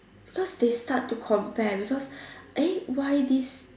because they start to compare because eh why this